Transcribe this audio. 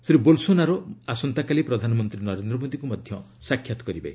Shri Bolsonaro ମଧ୍ୟ ଆସନ୍ତାକାଲି ପ୍ରଧାନମନ୍ତ୍ରୀ ନରେନ୍ଦ୍ର ମୋଦୀଙ୍କୁ ସାକ୍ଷାତ କରିବେ